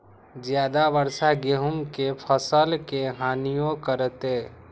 ज्यादा वर्षा गेंहू के फसल के हानियों करतै?